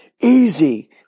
Easy